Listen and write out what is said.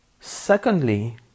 Secondly